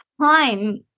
time